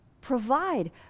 Provide